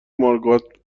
مارگارت